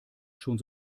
schon